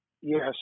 Yes